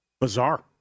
Bizarre